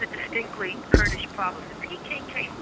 a distinctly kurdish problem. the pkk,